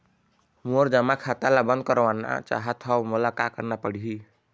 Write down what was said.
मोर जमा खाता ला बंद करवाना चाहत हव मोला का करना पड़ही?